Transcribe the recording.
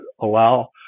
allow